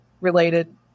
related